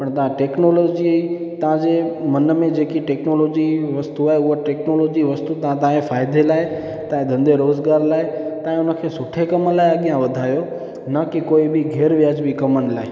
पर तव्हां टेक्नोलोजी तव्हां जे मन में जेकी टेक्नोलोजी वस्तू आहे उहा टेक्नोलोजी वस्तू तव्हां तव्हां जे फ़ाइदे लाइ तव्हां जे धंधे रोज़गार लाइ तव्हां उनखे सुठे कम लाइ अॻियां वधायो न कि कोई बि ग़ैर वाजिबी कम लाइ